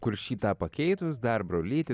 kur šį tą pakeitus dar brolyti